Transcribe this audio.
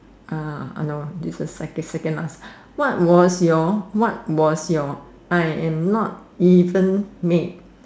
uh I know this the second second last what was your what was your I am am not even mad